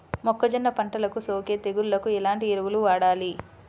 మొక్కజొన్న పంటలకు సోకే తెగుళ్లకు ఎలాంటి ఎరువులు వాడాలి?